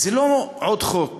זה לא עוד חוק.